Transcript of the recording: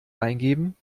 eingeben